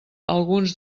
alguns